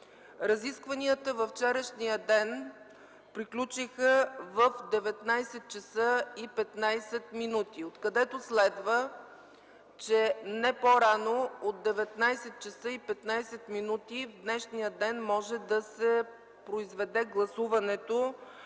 Разискванията във вчерашния ден приключиха в 19,15 ч., откъдето следва, че не по-рано от 19,15 ч. в днешния ден може да се произведе гласуването